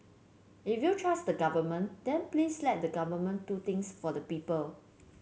if you trust the Government then please let the Government do things for the people